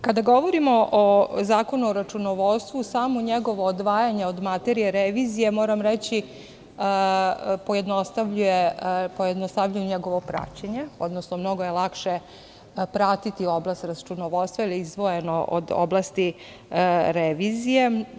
Kada govorimo o zakonu o računovodstvu, samo njegovo odvajanje od materije revizije, moram reći, pojednostavljuje njegovo praćenje, odnosno mnogo je lakše pratiti oblast računovodstva od oblasti revizije.